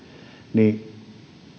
niin